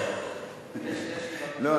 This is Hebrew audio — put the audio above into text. לא,